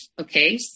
Okay